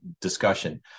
discussion